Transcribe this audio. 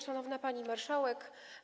Szanowna Pani Marszałek!